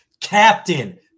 captain